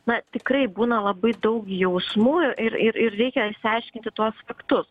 na tikrai būna labai daug jausmų ir ir ir reikia išsiaiškinti tuos faktus